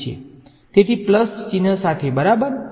તેથી વત્તા ચિહ્ન સાથે બરાબર